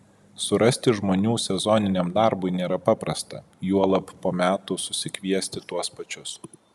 surasti žmonių sezoniniam darbui nėra paprasta juolab po metų susikviesti tuos pačius